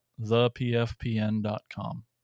thepfpn.com